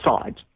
sides